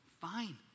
fine